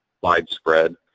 widespread